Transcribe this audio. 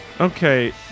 Okay